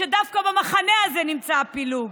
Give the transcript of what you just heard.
כשדווקא במחנה הזה נמצא הפילוג.